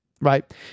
right